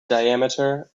diameter